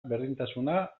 berdintasuna